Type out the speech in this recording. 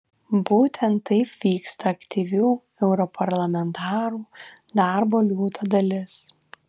būtent taip vyksta aktyvių europarlamentarų darbo liūto dalis